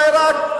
לעירק,